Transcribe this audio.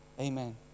Amen